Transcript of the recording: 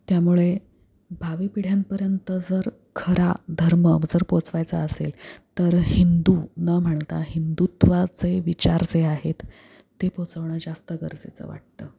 त्यामुळे भावी पिढ्यांपर्यंत जर खरा धर्म जर पोहचवायचा असेल तर हिंदू न म्हणता हिंदुत्वाचे विचार जे आहेत ते पोहचवणं जास्त गरजेचं वाटतं